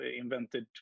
invented